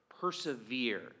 persevere